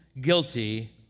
guilty